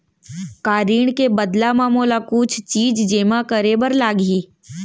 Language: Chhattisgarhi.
का ऋण के बदला म मोला कुछ चीज जेमा करे बर लागही?